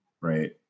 right